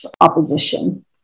opposition